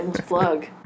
plug